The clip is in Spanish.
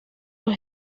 los